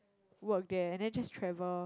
work there and then just travel